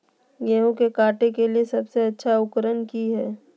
गेहूं के काटे के लिए सबसे अच्छा उकरन की है?